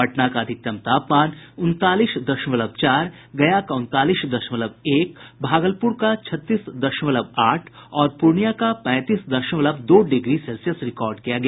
पटना का अधिकतम तापमान उनतालीस दशमलव चार गया का उनतालीस दशमलव एक भागलपुर का छत्तीस दशमलव आठ और पूर्णिया का पैंतीस दशमलव दो डिग्री सेल्सियस रिकार्ड किया गया